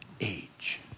age